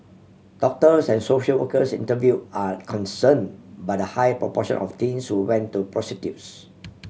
doctors and social workers interview are concern by the high proportion of teens who went to prostitutes